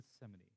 Gethsemane